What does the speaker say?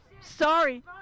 Sorry